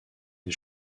des